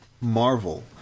Marvel